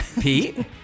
Pete